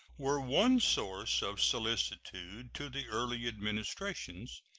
were one source of solicitude to the early administrations,